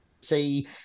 see